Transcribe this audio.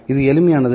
இது எளிமையானது